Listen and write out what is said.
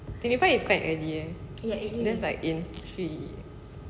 twenty five is quite early ya cause like in three years